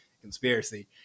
conspiracy